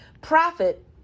Profit